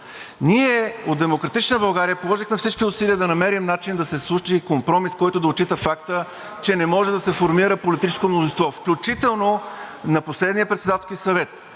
ние от „Демократична България“ положихме всички усилия да намерим начин да се случи компромис, който да отчита факта, че не може да се формира политическо мнозинство. Включително на последния Председателски съвет